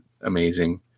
amazing